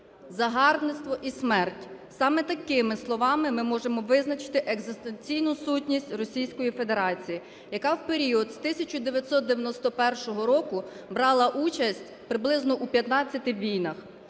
загарбництво і смерть - саме такими словами ми можемо визначити екзистенційну сутність Російської Федерації, яка в період з 1991 року брала участь приблизно у 15 війнах.